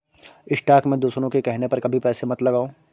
stock में दूसरों के कहने पर कभी पैसे मत लगाओ